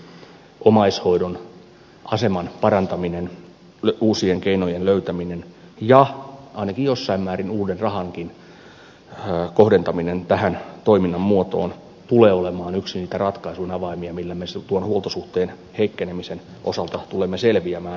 omaishoidon aseman parantaminen uusien keinojen löytäminen ja ainakin jossain määrin uuden rahankin kohdentaminen tähän toiminnan muotoon tulee olemaan yksi niitä ratkaisun avaimia millä me tuon huoltosuhteen heikkenemisen osalta tulemme selviämään